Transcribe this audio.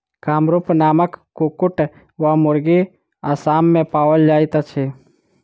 कामरूप नामक कुक्कुट वा मुर्गी असाम मे पाओल जाइत अछि